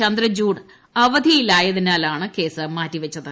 ചന്ദ്രചൂഡ് അവധിയായതിനാലാണ് കേസ് മാറ്റിവച്ചത്